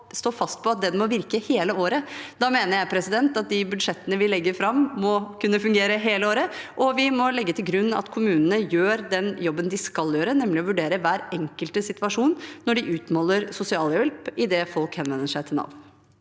å stå fast på at den må virke hele året. Da mener jeg at de budsjettene vi legger fram, må kunne fungere hele året, og vi må legge til grunn at kommunene gjør den jobben de skal gjøre, nemlig å vurdere hver enkelts situasjon når de utmåler sosialhjelp idet folk henvender seg til Nav.